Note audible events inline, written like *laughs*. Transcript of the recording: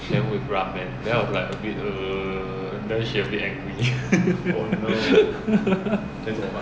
then with ramen then I was like a bit err then she a bit angry *laughs*